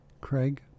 Craig